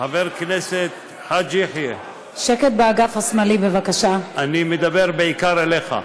חבר הכנסת חאג' יחיא, אני מדבר בעיקר אליך.